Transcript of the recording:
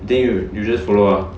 then you you just follow ah